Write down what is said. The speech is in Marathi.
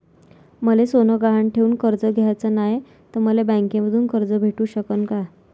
मले सोनं गहान ठेवून कर्ज घ्याचं नाय, त मले बँकेमधून कर्ज भेटू शकन का?